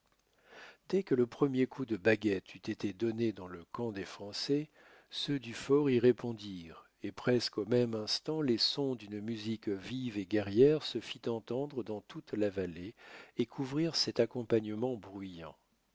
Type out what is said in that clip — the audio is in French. dès que le premier coup de baguettes eut été donné dans le camp des français ceux du fort y répondirent et presque au même instant les sons d'une musique vive et guerrière se firent entendre dans toute la vallée et couvrirent cet accompagnement bruyant